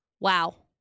Wow